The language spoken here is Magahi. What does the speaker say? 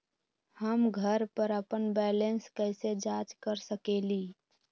हम घर पर अपन बैलेंस कैसे जाँच कर सकेली?